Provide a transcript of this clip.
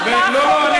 לא,